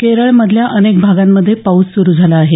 केरळमधल्या अनेक भागांमध्ये पाऊस सुरू झाला आहे